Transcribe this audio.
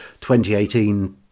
2018